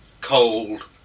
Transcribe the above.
cold